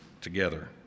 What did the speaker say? together